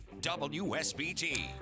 WSBT